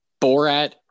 Borat